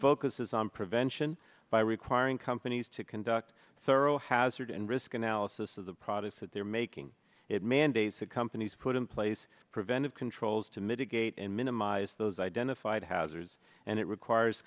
focuses on prevention by requiring companies to conduct a thorough hazard and risk analysis of the products that they're making it mandates that companies put in place preventive controls to mitigate and minimize those identified hazards and it requires